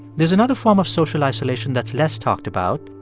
there's another form of social isolation that's less talked about,